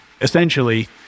essentially